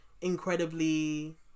incredibly